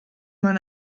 man